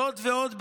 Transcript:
זאת ועוד,